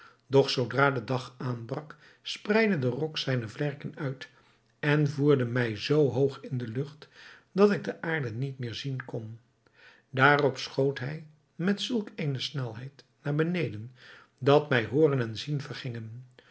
doch zoodra de dag aanbrak spreidde de rok zijne vlerken uit en voerde mij zoo hoog in de lucht dat ik de aarde niet meer zien kon daarop schoot hij met zulk eene snelheid naar beneden dat mij hooren en zien vergingen